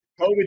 COVID